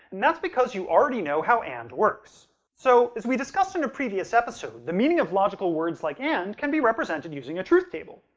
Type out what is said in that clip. and that's because you already know how and works. so, as we discussed in a previous episode, the meaning of logical words like and can be represented using a truth table.